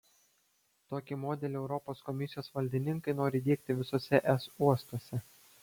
tokį modelį europos komisijos valdininkai nori įdiegti visuose es uostuose